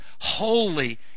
holy